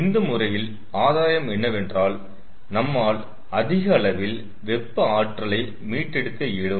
இந்த முறையில் ஆதாயம் என்னவென்றால் நம்மால் அதிக அளவில் வெப்ப ஆற்றலை மீட்டெடுக்க இயலும்